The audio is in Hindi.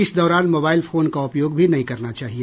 इस दौरान मोबाईल फोन का उपयोग भी नहीं करना चाहिए